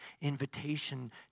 invitation